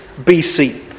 BC